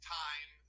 time